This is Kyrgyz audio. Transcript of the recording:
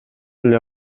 эле